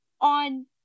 on